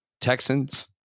Texans